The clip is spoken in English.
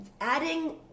adding